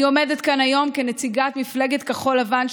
אני עומדת כאן היום כנציגת מפלגת כחול לבן,